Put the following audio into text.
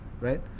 right